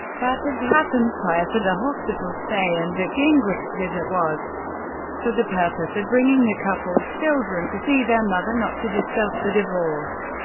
that it happened prior to the hospital stay, and that gingrich's visit was for the purpose of bringing the couple's children to see their mother, not to discuss the divorce.